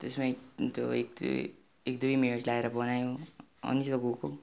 त्यसमै त्यो एक दुई एक दुई मिनट लगागेर बनायौ अनि चाहिँ गएको